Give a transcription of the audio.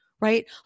right